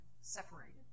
separated